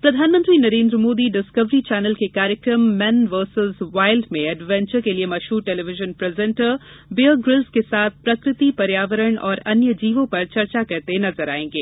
discovery प्रधानमंत्री Narendra Modi Discovery channel के कार्यक्रम मैन वर्सेस वाइल्ड में एडवेंचर के लिए मशहूर टेलीविजन प्रजेंटर बेअर ग्रिल्स के साथ प्रकृति पर्यावरण और वन्य जीवों पर चर्चा करते नजर आएंगे